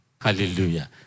hallelujah